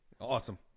Awesome